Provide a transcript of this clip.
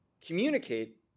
communicate